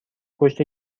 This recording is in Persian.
پشت